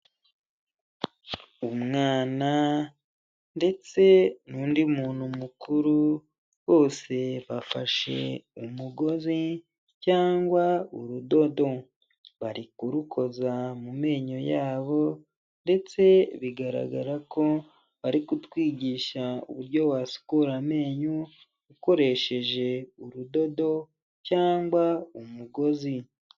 Umwana ndetse n'undi muntu mukuru bose bafashe umugozi cyangwa urudodo bari kurukoza mu menyo yabo ndetse bigaragara ko bari kutwigisha uburyo wasukura amenyo ukoresheje urudodo cyangwa umugozi.